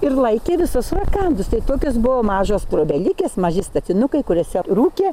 ir laikė visus rakandus tai tokios buvo mažos trobelytės maži statinukai kuriuose rūkė